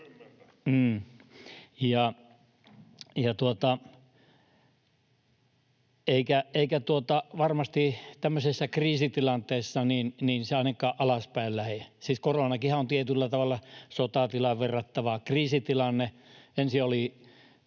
Eikä se varmasti tämmöisessä kriisitilanteessa ainakaan alaspäin lähde. Siis koronakinhan on tietyllä tavalla sotatilaan verrattava kriisitilanne.